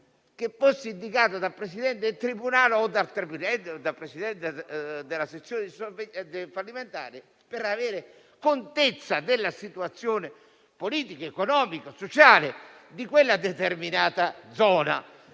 che fosse indicato dal presidente del tribunale o dal presidente della sezione fallimentare, per avere contezza della situazione politica, economica e sociale di quella determinata zona.